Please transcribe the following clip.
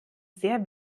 sehr